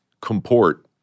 comport